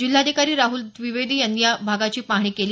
जिल्हाधिकारी राहुल द्विवेदी यांनी या भागाची पाहणी केली